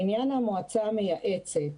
לעניין המועצה המייעצת,